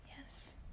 Yes